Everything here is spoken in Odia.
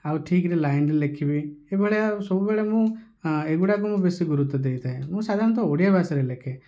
ଆଉ ଠିକରେ ଲାଇନରେ ଲେଖିବି ଏଭଳିଆ ସବୁବେଳେ ମୁଁ ଏଗୁଡ଼ାକ ମୁଁ ବେଶି ଗୁରୁତ୍ଵ ଦେଇଥାଏ ମୁଁ ସାଧାରଣତଃ ଓଡ଼ିଆ ଭାଷାରେ ଲେଖେ